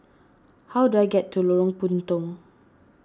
how do I get to Lorong Puntong